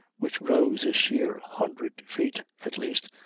which rose a sheer hundred feet, at least,